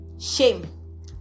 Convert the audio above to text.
shame